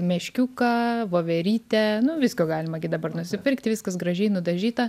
meškiuką voverytę nu visko galima gi dabar nusipirkt viskas gražiai nudažyta